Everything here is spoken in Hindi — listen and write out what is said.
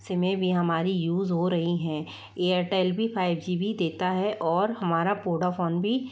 सिमें भी हमारी यूज़ हो रही हैं एयरटेल भी फाइव जी बी देता है और हमारा वोडाफोन भी